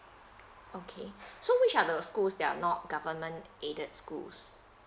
okay so which are the schools that are not government aided schools